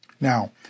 Now